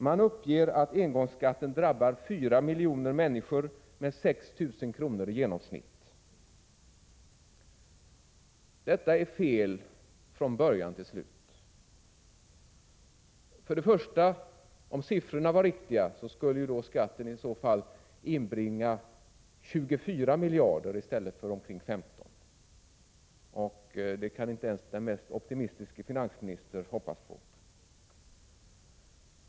Man uppger att engångsskatten drabbar fyra miljoner människor med 6 000 kr. i genomsnitt. Detta är fel från början till slut. För det första skulle ju skatten, om siffrorna var riktiga, inbringa 24 miljarder kronor i stället för omkring 15 miljarder, och det kan inte ens den mest optimistiske finansminister hoppas på.